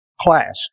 class